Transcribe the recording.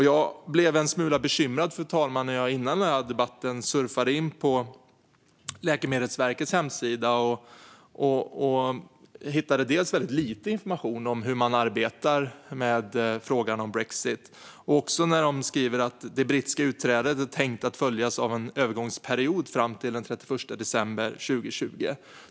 Jag blev en smula bekymrad, fru talman, när jag före den här debatten surfade in på Läkemedelsverkets hemsida. Jag hittade väldigt lite information om hur man arbetar med frågan om brexit, och man skriver att det brittiska utträdet är tänkt att följas av en övergångsperiod fram till den 31 december 2020.